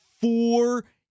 four